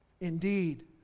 Indeed